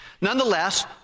Nonetheless